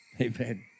Amen